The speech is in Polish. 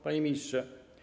Panie Ministrze!